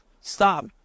stop